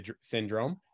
syndrome